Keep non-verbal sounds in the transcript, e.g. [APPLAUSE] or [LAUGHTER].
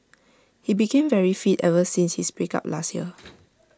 he became very fit ever since his break up last year [NOISE]